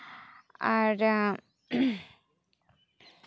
ᱟᱨ